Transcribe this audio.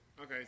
Okay